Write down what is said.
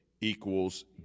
equals